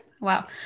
Wow